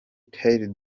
tyler